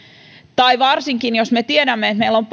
varsinkin jos me tiedämme että meillä on